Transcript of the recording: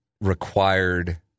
required